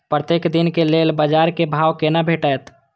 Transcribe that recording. प्रत्येक दिन के लेल बाजार क भाव केना भेटैत?